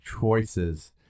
choices